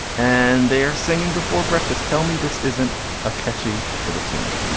and they are singing before breakfast. tell me this isn't a catchy little to